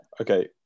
okay